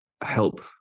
help